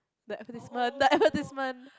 the advertisement the advertisement